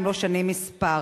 אם לא שנים מספר.